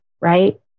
right